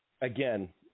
again